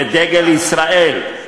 דגל ישראל.